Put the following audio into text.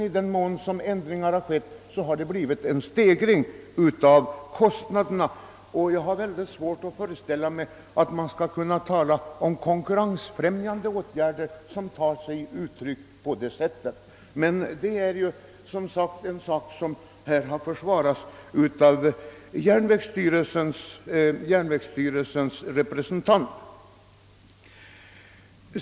I den mån några ändringar skett så har taxorna ökats. Jag har mycket svårt att föreställa mig att konkurrensfrämjande åtgärder tar sig sådana uttryck. Men detta har här försvarats av järnvägsstyrelsens representant.